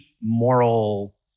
moral